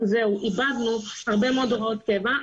איבדנו הרבה מאוד הוראות קבע,